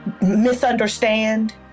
misunderstand